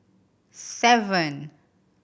seven